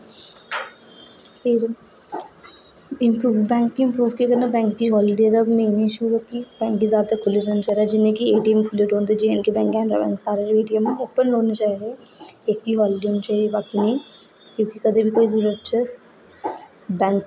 फिर improve bank ई improve केह् करना बैंक ई हॉलीडे दा मेन इश्यू एह् ऐ कि बैंक जादा देर तक खु'ल्ले रैहना चाहिदा जि'यां कि ए टी एम खु'ल्ले रैहंदे जि'न्ने बी बैंक हैन सारे ए टी एम ओपन रौह्ने चाहिदे इक गै हाॅलीडे होनी चाहिदी बाकी कदें बी कोई जरूरत च बैंक